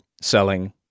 selling